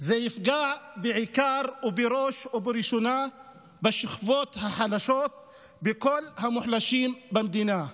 זה יפגע בעיקר ובראש וראשונה בשכבות החלשות ובכל המוחלשים במדינה,